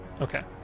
Okay